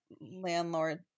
landlord